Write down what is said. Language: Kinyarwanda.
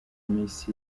miss